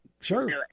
sure